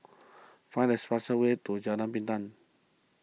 find this fast way to Jalan Pinang